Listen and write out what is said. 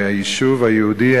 והיישוב היהודי,